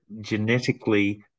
genetically